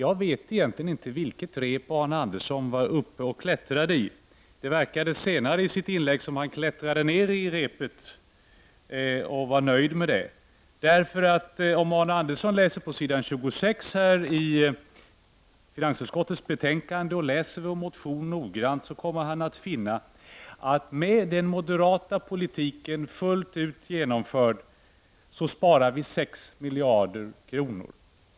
Jag vet egentligen inte vilket rep Arne Andersson var uppe och klättrade i. Det verkade som om han senare i sitt inlägg klättrade ner för repet och var nöjd med detta. Om Arne Andersson läser på s. 26 i finansutskottets betänkande och läser vår motion noggrant, kommer han att finna att vi med den moderata politiken fullt ut genomförd kommer att spara 6 miljarder kronor.